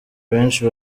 benshi